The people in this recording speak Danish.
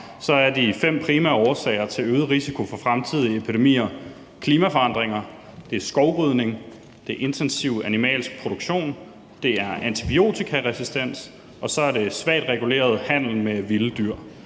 er de fem primære årsager til øget risiko for fremtidige epidemier klimaforandringer, skovrydning, intensiv animalsk produktion, antibiotikaresistens og svagt reguleret handel med vilde dyr.